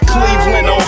Cleveland